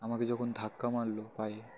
আমাকে যখন ধাক্কা মারল পায়ে